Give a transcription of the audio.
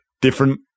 different